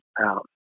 out